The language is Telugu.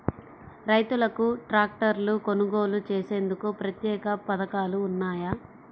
రైతులకు ట్రాక్టర్లు కొనుగోలు చేసేందుకు ప్రత్యేక పథకాలు ఉన్నాయా?